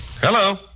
Hello